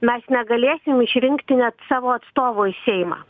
mes negalėsim išrinkti net savo atstovo į seimą